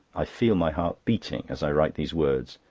i feel my heart beating as i write these words.